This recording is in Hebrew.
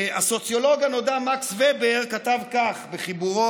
הסוציולוג הנודע מקס ובר כתב כך בחיבורו